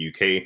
UK